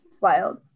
Wild